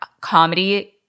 comedy